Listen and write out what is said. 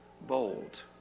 bold